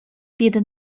did